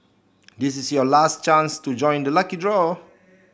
this is your last chance to join the lucky draw